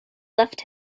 left